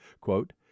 Quote